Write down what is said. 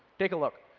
take a look.